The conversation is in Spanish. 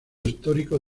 histórico